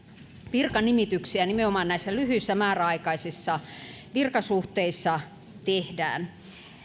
virkanimityksiä nimenomaan näissä lyhyissä määräaikaisissa virkasuhteissa tehdään